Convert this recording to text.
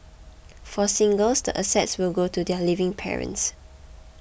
for singles the assets will go to their living parents